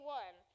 one